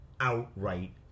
outright